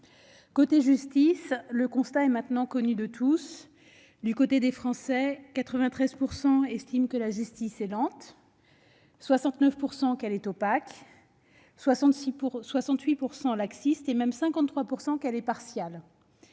Côté justice, le constat est maintenant connu de tous : 93 % des Français estiment que la justice est lente, 69 % qu'elle est opaque, 68 % qu'elle est laxiste et même 53 % qu'elle est partiale